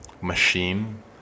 machine